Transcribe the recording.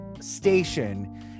station